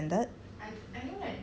only say that it's suspended